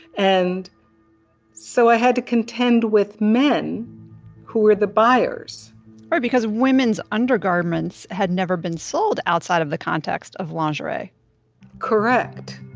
and so i had to contend with men who were the buyers right. because women's undergarments had never been sold outside of the context of lingerie correct.